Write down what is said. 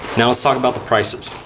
now let's talk about the prices.